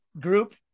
group